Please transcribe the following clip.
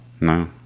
No